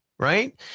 Right